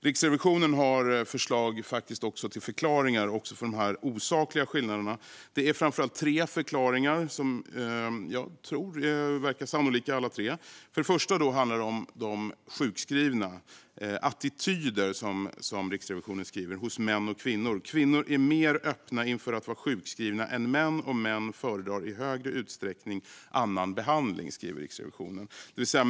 Riksrevisionen har förslag till förklaringar även för de osakliga skillnaderna, och det är framför allt tre förklaringar som alla verkar sannolika: Den första handlar om de sjukskrivna och attityderna hos män och kvinnor. Riksrevisionen skriver att kvinnor är mer öppna än män inför att vara sjukskriven och att män i högre utsträckning föredrar annan behandling.